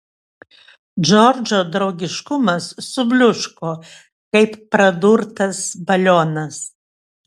džordžo draugiškumas subliūško kaip pradurtas balionas